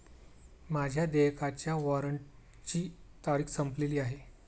माझ्या देयकाच्या वॉरंटची तारीख संपलेली आहे